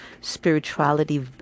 spirituality